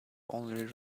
only